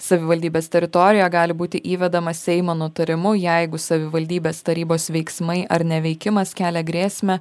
savivaldybės teritorijoje gali būti įvedamas seimo nutarimu jeigu savivaldybės tarybos veiksmai ar neveikimas kelia grėsmę